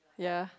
ya